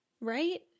right